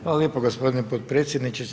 Hvala lijepo gospodine potpredsjedniče.